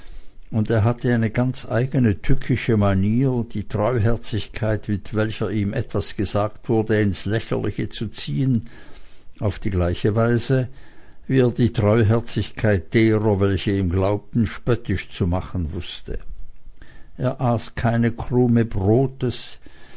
und er hatte eine ganz eigene tückische manier die treuherzigkeit mit welcher ihm etwas gesagt wurde ins lächerliche zu ziehen auf die gleiche weise wie er die treuherzigkeit derer welche ihm glaubten spöttisch zu machen wußte er aß keine krume brotes